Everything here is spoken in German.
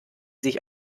sich